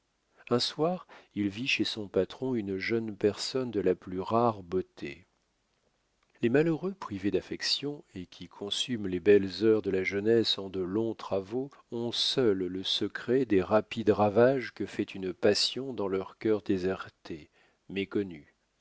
un soir il vit chez son patron une jeune personne de la plus rare beauté les malheureux privés d'affection et qui consument les belles heures de la jeunesse en de longs travaux ont seuls le secret des rapides ravages que fait une passion dans leurs cœurs désertés méconnus